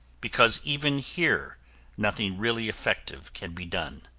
because even here nothing really effective can be done.